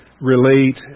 relate